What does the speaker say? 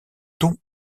ton